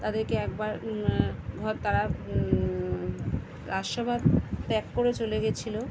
তাদেরকে একবার ঘর তারা রাজসভা ত্যাগ করে চলে গেছিলো